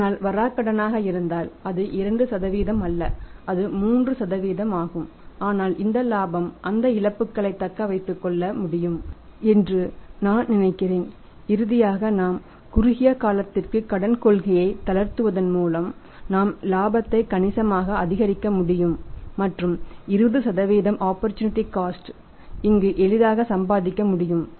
ஆனால் வராகடனாக இருந்தால் அது 2 அல்ல அது 3 ஆகும் ஆனால் இந்த இலாபம் அந்த இழப்புகளைத் தக்க வைத்துக் கொள்ள முடியும் என்று நான் நினைக்கிறேன் இறுதியாக நாம் குறுகிய காலத்திற்கு கடன் கொள்கையை தளர்த்துவதன் மூலம் நாம் இலாபத்தை கணிசமாக அதிகரிக்க முடியும் மற்றும் 20 ஆப்பர்சூனிட்டி காஸ்ட் இங்கு எளிதாக சம்பாதிக்க முடியும்